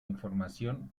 información